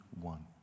one